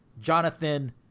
Jonathan